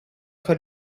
sua